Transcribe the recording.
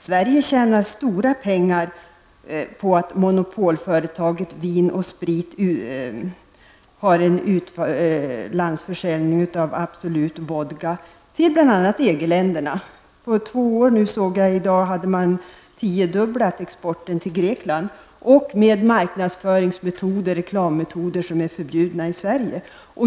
Sverige tjänar stora pengar på monopolföretaget Vin & Sprits utlandsförsäljning av Absolut Vodka till bl.a. EG-länderna. Jag såg i dag att man på två år har tiodubbblat exporten till Grekland, med marknadsföringsmetoder och reklammetoder som är förbjudna i Sverige.